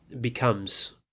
becomes